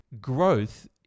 growth